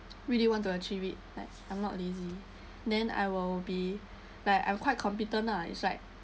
really want to achieve it like I'm not lazy then I will be like I'm quite competent lah it's like